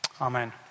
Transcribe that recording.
Amen